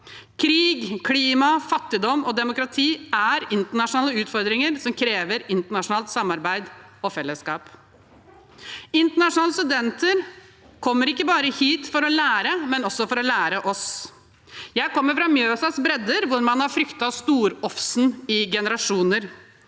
Krig, klima, fattigdom og demokrati er internasjonale utfordringer som krever internasjonalt samarbeid og fellesskap. Internasjonale studenter kommer ikke hit bare for å lære, men også for å lære oss. Jeg kommer fra Mjøsas bredder, hvor man har fryktet storofsen i generasjoner.